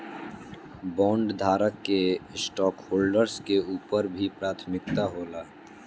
बॉन्डधारक के स्टॉकहोल्डर्स के ऊपर भी प्राथमिकता होला